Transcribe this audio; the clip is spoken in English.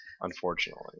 unfortunately